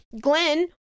glenn